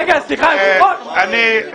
מספיק.